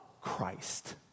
Christ